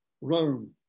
Rome